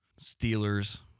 Steelers